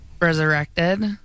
Resurrected